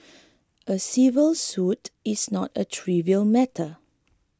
a civil suit is not a trivial matter